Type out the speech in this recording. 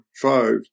five